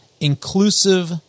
inclusive